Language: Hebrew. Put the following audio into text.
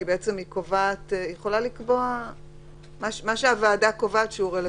כי בעצם הוועדה יכולה לקבוע את מה שרלוונטי לאותו אזור מוגבל.